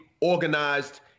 organized